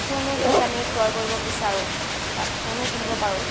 সোণো যদি আমি ক্ৰয় কৰিব বিচাৰোঁ তাত সোণো কিনিব পাৰোঁ